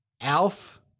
Alf